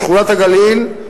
שכונת הגליל,